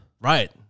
Right